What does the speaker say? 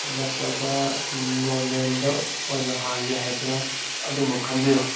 ꯅꯠꯇ꯭ꯔꯒ ꯅꯣꯔꯃꯦꯜꯗ ꯑꯣꯏꯅ ꯍꯥꯡꯒꯦ ꯍꯥꯏꯕꯔꯥ ꯑꯗꯨꯃ ꯈꯟꯕꯤꯔꯣ